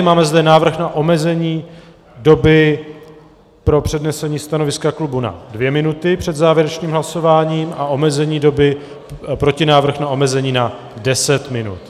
Máme zde návrh na omezení doby pro přednesení stanoviska klubu na dvě minuty před závěrečným hlasováním a protinávrh na omezení na deset minut.